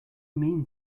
mean